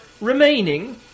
remaining